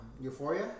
Euphoria